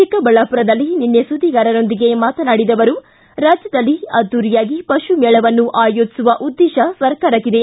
ಚಿಕ್ಕಬಳ್ಳಾಮರದಲ್ಲಿ ನಿನ್ನೆ ಸುದ್ಲಿಗಾರರೊಂದಿಗೆ ಮಾತನಾಡಿದ ಅವರು ರಾಜ್ಯದಲ್ಲಿ ಅದ್ದೂರಿಯಾಗಿ ಪಶು ಮೇಳವನ್ನು ಆಯೋಜಿಸುವ ಉದ್ದೇಶ ಸರ್ಕಾರಕ್ಕೆ ಇದೆ